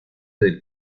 del